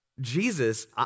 Jesus